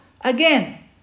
again